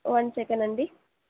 one second అండి